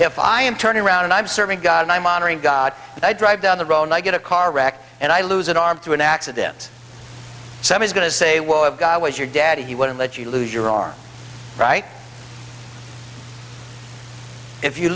if i am turning around and i'm serving god and i'm honoring god i drive down the road and i get a car wreck and i lose an arm through an accident so he's going to say well god was your dad he wouldn't let you lose your are right if you